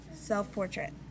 Self-Portrait